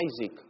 Isaac